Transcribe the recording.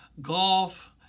golf